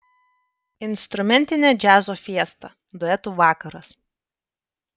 instrumentinė džiazo fiesta duetų vakaras